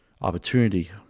Opportunity